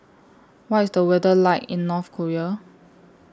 What IS The weather like in North Korea